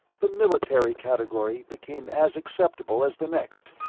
the military category became as acceptable as the next,